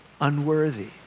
Unworthy